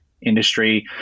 industry